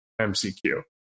MCQ